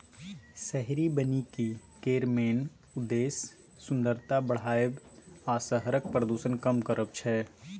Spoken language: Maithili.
शहरी बनिकी केर मेन उद्देश्य सुंदरता बढ़ाएब आ शहरक प्रदुषण कम करब छै